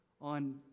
on